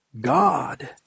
God